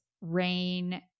Rain